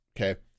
okay